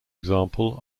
example